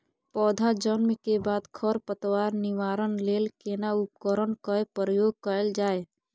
पौधा जन्म के बाद खर पतवार निवारण लेल केना उपकरण कय प्रयोग कैल जाय?